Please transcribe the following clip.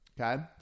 okay